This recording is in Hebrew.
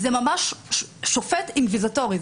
זה ממש שופט אינקוויזטורי.